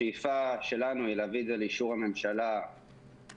השאיפה שלנו היא להביא את זה לאישור הממשלה מחר,